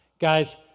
Guys